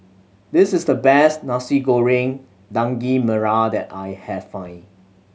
this is the best Nasi Goreng Daging Merah that I have find